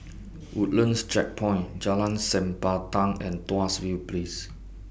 Woodlands Checkpoint Jalan Sempadan and Tuas View Place